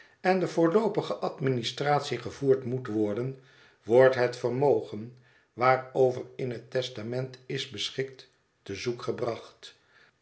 en de voorlpopige administratie gevoerd moet worden wordt het vermogen waarover in het testament is beschikt te zoek gebracht